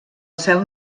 cel